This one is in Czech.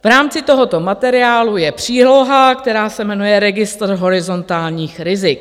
V rámci tohoto materiálu je příloha, která se jmenuje Registr horizontálních rizik.